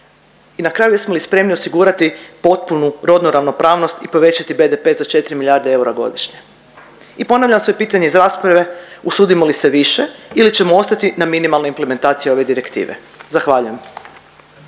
I na kraju, jesmo li spremni osigurati potpunu rodnu ravnopravnost i povećati BDP za 4 milijarde eura godišnje? I ponavljam svoje pitanje iz rasprave, usudimo li se više ili ćemo ostati na minimalnoj implementaciji ove direktive? Zahvaljujem.